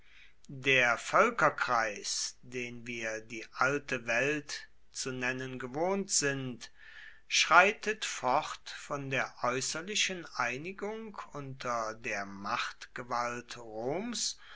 der völkerkreis den wir die alte welt zu nennen gewohnt sind schreitet fort von der äußerlichen einigung unter der machtgewalt roms